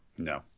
No